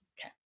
Okay